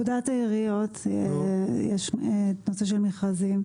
בפקודת העיריות יש את הנושא של המכרזים.